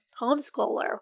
homeschooler